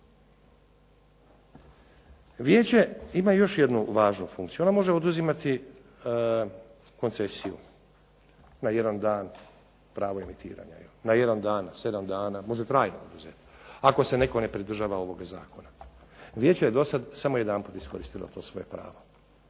Vijeće ima još jednu važnu funkciju ono može oduzimati koncesiju na jedan dan pravo emitiranja, na jedan dan, na sedam dana, može trajno oduzeti, ako se netko ne pridržava ovog Zakona, Vijeće je samo jedanput iskoristilo to svoje pravo.